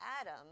Adam